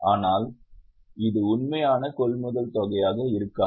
ஆனால் இது உண்மையான கொள்முதல் தொகையாக இருக்காது